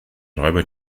räuber